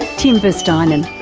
tim verstynen.